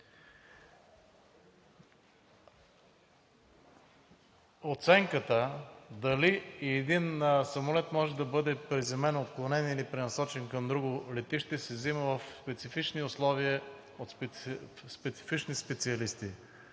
Оценката дали един самолет може да бъде приземен, отклонен или пренасочен към друго летище се взима в специфични условия